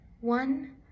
one